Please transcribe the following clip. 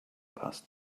past